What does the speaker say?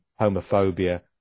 homophobia